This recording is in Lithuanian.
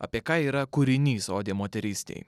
apie ką yra kūrinys odė moterystei